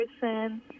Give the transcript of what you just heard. person